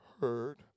heard